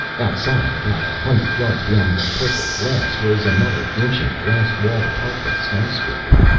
outside, about a hundred yards beyond the purple glass, rose another ancient glass-walled apartment skyscraper.